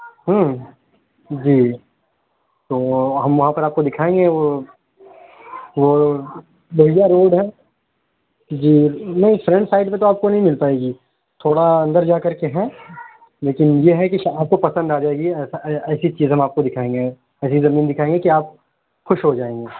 جی تو ہم وہاں پر آپ کو دکھائیں گے وہ وہ دہیا روڈ ہے جی نہیں فرنٹ سائڈ پہ تو آپ کو نہیں مل پائے گی تھوڑا اندر جا کر کے ہیں لیکن یہ ہے کہ آپ کو پسند آ جائے گی ایسا ایسی چیز ہم آپ کو دکھائیں گے ایسی زمین دکھائیں گے کہ آپ خوش ہو جائیں گے